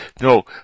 No